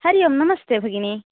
हरि ओम् नमस्ते भगिनि